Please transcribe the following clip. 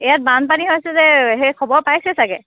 ইয়াত বানপানী হৈছে যে সেই খবৰ পাইছে চাগে